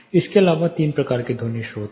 इसके अलावा 3 प्रकार के ध्वनि स्रोत हैं